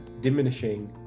diminishing